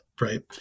right